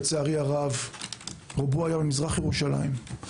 לצערי הרב רובו היה ממזרח ירושלים,